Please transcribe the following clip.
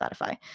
Spotify